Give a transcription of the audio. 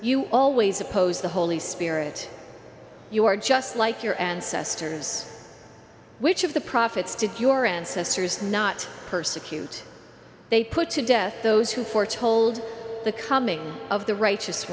you always oppose the holy spirit you are just like your ancestors which of the prophets did your ancestors not persecute they put to death those who foretold the coming of the righteous